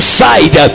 side